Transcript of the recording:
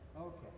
Okay